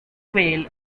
quail